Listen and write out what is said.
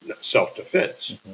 self-defense